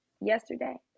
yesterday